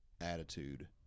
attitude